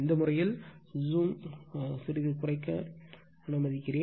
இந்த முறையில் ஜூம் கொஞ்சம் குறைக்க அனுமதிக்கிறேன்